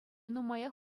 нумаях